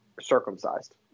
circumcised